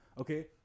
okay